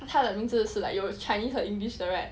他的名字是 like 有 chinese 和 english right